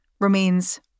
remains